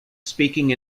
speaking